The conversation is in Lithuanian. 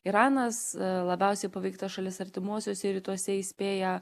iranas labiausiai paveikta šalis artimuosiuose rytuose įspėja